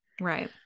right